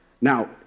Now